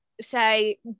say